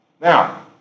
Now